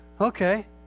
Okay